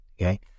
Okay